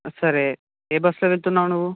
సరే ఏ బస్సులో వెళ్తున్నావు నువ్వు